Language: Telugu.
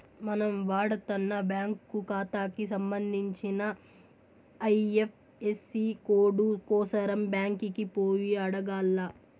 మనం వాడతన్న బ్యాంకు కాతాకి సంబంధించిన ఐఎఫ్ఎసీ కోడు కోసరం బ్యాంకికి పోయి అడగాల్ల